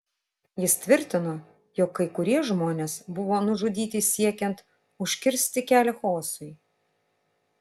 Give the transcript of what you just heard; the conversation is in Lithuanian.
jis tvirtino jog kai kurie žmonės buvo nužudyti siekiant užkirsti kelią chaosui